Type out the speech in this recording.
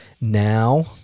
Now